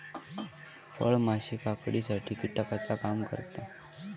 फळमाशी काकडीसाठी कीटकाचा काम करता